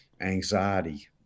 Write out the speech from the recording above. anxiety